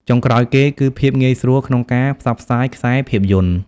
ចុងក្រោយគេគឺ ភាពងាយស្រួលក្នុងការផ្សព្វផ្សាយខ្សែភាពយន្ត។